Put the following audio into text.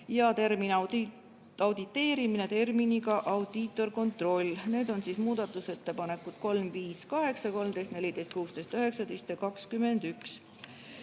ja termin "auditeerimine" terminiga "audiitorkontroll". Need on siis muudatusettepanekud nr 3, 5, 8, 13, 14, 16, 19 ja 21.